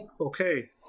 Okay